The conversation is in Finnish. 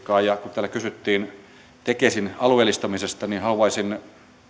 täällä kysyttiin tekesin alueellistamisesta niin haluaisin